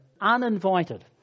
uninvited